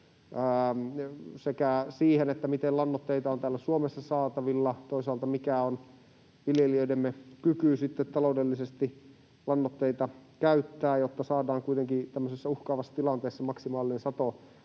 siihen, miten lannoitteita on täällä Suomessa saatavilla, ja toisaalta se, mikä on viljelijöidemme kyky sitten taloudellisesti lannoitteita käyttää, jotta saadaan kuitenkin tämmöisessä uhkaavassa tilanteessa maksimaalinen sato